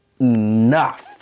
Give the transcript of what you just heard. enough